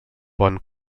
pont